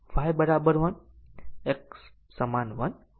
પરંતુ તે પછી આપણે જોશું કે પ્રોગ્રામમાં ઘણા બધા પાથ છે